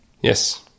Yes